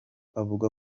avuga